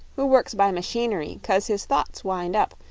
who works by machinery cause his thoughts wind up,